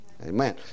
Amen